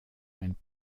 ein